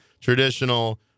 traditional